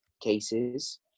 cases